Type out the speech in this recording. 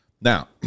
now